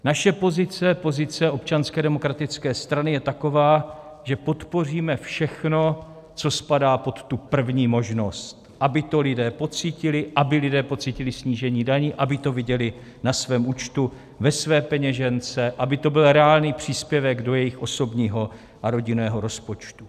Naše pozice, pozice Občanské demokratické strany, je taková, že podpoříme všechno, co spadá pod tu první možnost, aby to lidé pocítili, aby lidé pocítili snížení daní, aby to viděli na svém účtu, ve své peněžence, aby to byl reálný příspěvek do jejich osobního a rodinného rozpočtu.